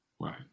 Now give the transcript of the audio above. right